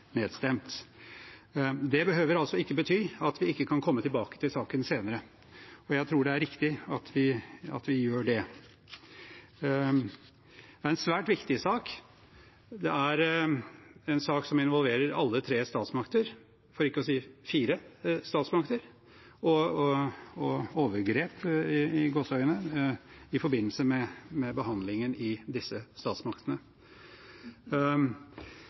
nedstemt. Det behøver ikke å bety at vi ikke kan komme tilbake til saken senere, og jeg tror det er riktig at vi gjør det. Det er en svært viktig sak. Det er en sak som involverer alle tre statsmakter – for ikke å si fire – og «overgrep» i forbindelse med behandlingen i disse statsmaktene. Det har vært henvist til utvalget som vurderer Stortingets kontrollfunksjon i